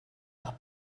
nach